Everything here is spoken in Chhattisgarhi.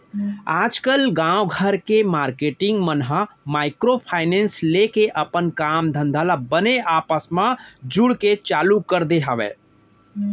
आजकल गाँव घर के मारकेटिंग मन ह माइक्रो फायनेंस लेके अपन काम धंधा ल बने आपस म जुड़के चालू कर दे हवय